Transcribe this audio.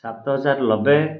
ସାତ ହଜାର ନବେ